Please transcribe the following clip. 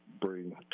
bring